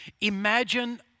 Imagine